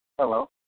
Hello